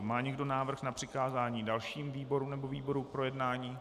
Má někdo návrh na přikázání dalším výborům nebo výboru k projednání?